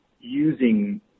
using